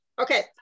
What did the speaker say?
okay